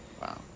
Wow